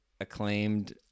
acclaimed